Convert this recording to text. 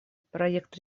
проект